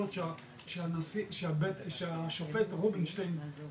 הסמים, השפעותיהם והסיכונים הנובעים מהם.